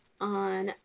on